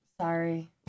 sorry